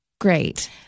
great